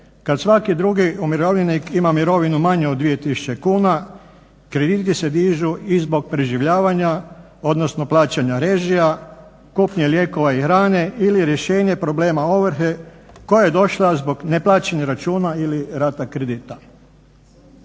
kada svaki drugi umirovljenik ima mirovinu manju od 2 tisuće kuna krediti se dižu i zbog preživljavanja odnosno plaćanja režija, kupnje lijekova i hrane ili rješenja problema ovrhe koja je došlo zbog neplaćenih računa ili rata kredita.